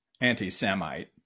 anti-semite